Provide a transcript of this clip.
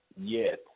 Yes